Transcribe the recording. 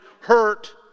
hurt